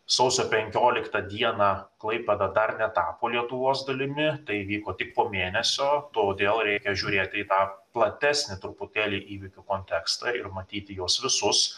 sausio penkioliktą dieną klaipėda dar netapo lietuvos dalimi tai įvyko tik po mėnesio todėl reikia žiūrėti į tą platesnį truputėlį įvykių kontekstą ir matyti juos visus